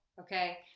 okay